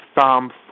Psalm